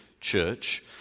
church